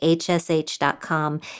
hsh.com